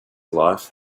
life